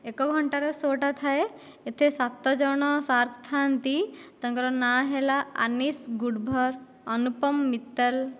ଏକ ଘଣ୍ଟାର ସୋଟା ଥାଏ ଏଥିରେ ସାତଜଣ ସାର୍କ ଥାନ୍ତି ତାଙ୍କର ନାଁ ହେଲା ଆନିସ ଗୁଡ଼ଭାର ଅନୁପମ ମିତ୍ତଲ